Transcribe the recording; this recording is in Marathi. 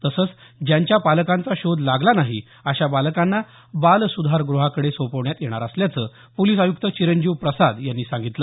तसंच ज्यांच्या पालकांचा शोध लागला नाही अशा बालकांना बाल सुधारगृहाकडे सोपवण्यात येणार असल्याचं पोलीस आयुक्त चिरंजीव प्रसाद यांनी सांगितलं